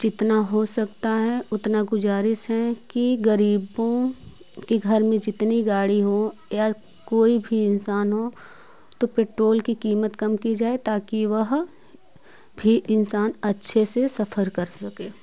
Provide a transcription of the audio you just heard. जितना हो सकता है उतना गुज़ारिश है की गरीबों के घर में जितनी गाड़ी हो या कोई भी इंसान हो तो पेट्रोल के कीमत कम की जाए ताकी वह भी इंसान अच्छे से सफर कर सके